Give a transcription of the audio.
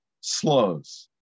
slows